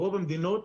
ברוב המדינות,